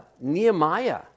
Nehemiah